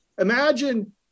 imagine